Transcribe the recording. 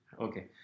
Okay